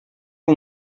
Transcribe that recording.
que